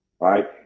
Right